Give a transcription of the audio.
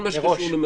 מראש.